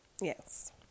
Yes